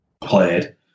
played